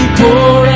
pour